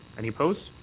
any opposed?